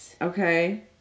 Okay